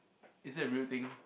is it a real thing